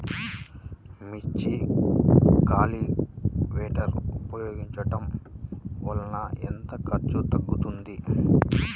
మిర్చి కల్టీవేటర్ ఉపయోగించటం వలన ఎంత ఖర్చు తగ్గుతుంది?